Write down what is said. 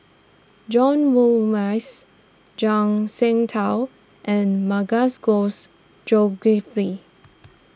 John role Morrice Zhuang Shengtao and Zulkifli